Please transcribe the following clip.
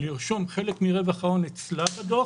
לרשום חלק מרווח ההון אצלה בדוח.